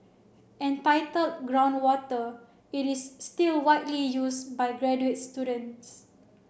entitled Groundwater it is still widely used by graduate students